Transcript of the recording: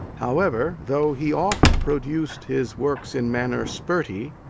however, though he oft produced his works in manner spurty,